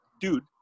dude